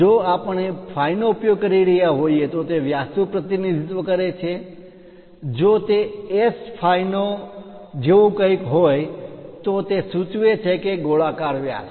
જો આપણે phi નો ઉપયોગ કરી રહ્યા હોઈએ તો તે વ્યાસ નું પ્રતિનિધિત્વ કરે છે જો તે S Phi જેવું કંઈક હોય તો તે સૂચવે છે કે ગોળાકાર વ્યાસ